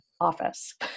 Office